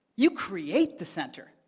you create the center.